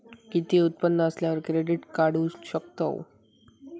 किती उत्पन्न असल्यावर क्रेडीट काढू शकतव?